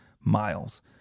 miles